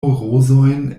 rozojn